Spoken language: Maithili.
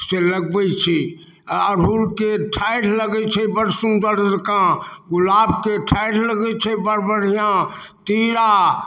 से लगबै छै आओर अड़हूलके ठाढ़ि लगै छै बड़ सुन्दर जकाँ गुलाबके ठाढ़ि लगै छै बड़ बढ़िआँ तीरा